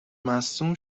مصدوم